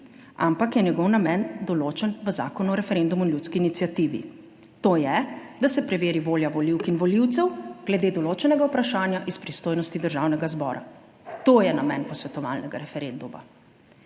ampak je njegov namen določen v Zakonu o referendumu in ljudski iniciativi, to je, da se preveri volja volivk in volivcev glede določenega vprašanja iz pristojnosti Državnega zbora. To je namen posvetovalnega referenduma.